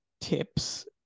tips